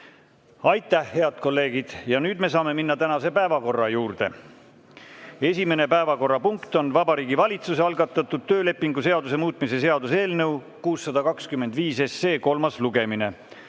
Aitäh, head kolleegid! Nüüd me saame minna tänase päevakorra juurde. Esimene päevakorrapunkt on Vabariigi Valitsuse algatatud töölepingu seaduse muutmise seaduse eelnõu 625 kolmas lugemine.